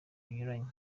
binyuranye